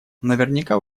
наверняка